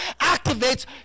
activates